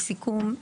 לסיכום,